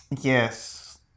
yes